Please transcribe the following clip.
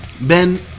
Ben